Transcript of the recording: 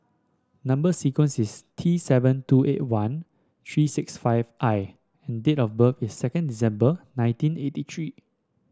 number sequence is T seven two eight one three six five I and date of birth is second December nineteen eighty three